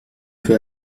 peu